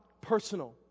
personal